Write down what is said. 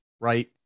right